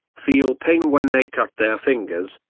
feel pain when they cut their fingers,